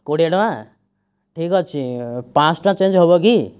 କୋଡ଼ିଏ ଟଙ୍କା ଠିକ ଅଛି ପାଞ୍ଚଶହ ଟଙ୍କା ଚେଞ୍ଜ ହେବ କି